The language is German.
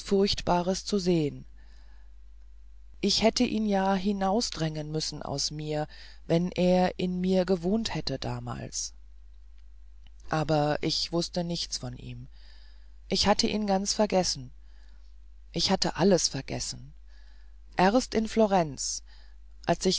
furchtbares zu sehen ich hätte ihn ja hinausdrängen müssen aus mir wenn er in mir gewohnt hätte damals aber ich wußte nichts von ihm ich hatte ihn ganz vergessen ich hatte alles vergessen erst in florenz als ich